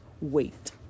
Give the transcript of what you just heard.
wait